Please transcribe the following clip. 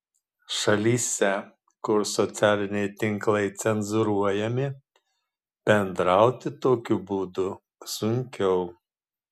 šalyse kur socialiniai tinklai cenzūruojami bendrauti tokiu būdu sunkiau